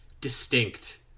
distinct